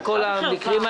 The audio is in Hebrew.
על כל השאר יש רוויזיה,